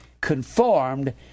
conformed